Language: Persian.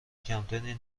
کمتری